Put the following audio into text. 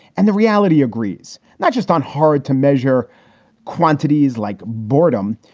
and the reality agrees not just on hard to measure quantities like boredom,